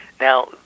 Now